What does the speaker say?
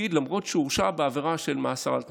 בתפקיד למרות שהוא הורשע בעבירה של מאסר על תנאי.